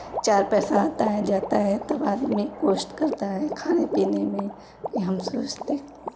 चार पैसा आता है जाता है तब आदमी कष्ट करता है खाने पीने में कि हम सोचते